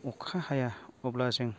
अखा हाया अब्ला जों